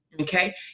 Okay